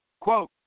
Quote